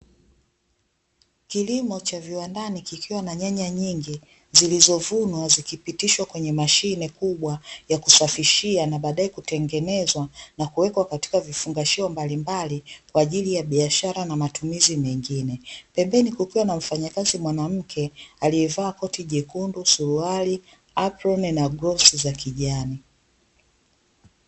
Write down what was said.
Kilimo cha viwandani kikiwa na nyanya nyingi zilizovunwa, zikipitishwa kwenye mashine kubwa ya kusafishia na baadaye kutengenezwa na kuweka katika vifungashio mbalimbali, kwa ajili ya biashara na matumizi mengine, pembeni kukiwa na mfanyakazi mwanamke aliyevaa koti jekundu, suruali, aproni na glavu za kijani .